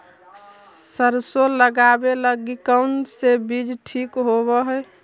सरसों लगावे लगी कौन से बीज ठीक होव हई?